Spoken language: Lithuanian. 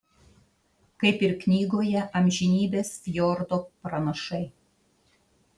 kaip ir knygoje amžinybės fjordo pranašai